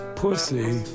pussy